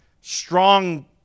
strong